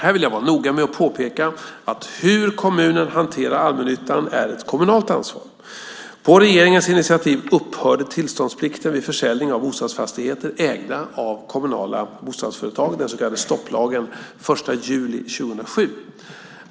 Här vill jag vara noga med att påpeka att hur kommunen hanterar allmännyttan är ett kommunalt ansvar. På regeringens initiativ upphörde tillståndsplikten vid försäljning av bostadsfastigheter ägda av kommunala bostadsföretag - den så kallade stopplagen - den 1 juli 2007.